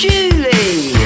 Julie